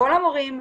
כל המורים,